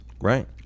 Right